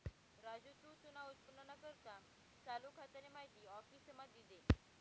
राजू तू तुना उत्पन्नना करता चालू खातानी माहिती आफिसमा दी दे